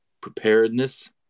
preparedness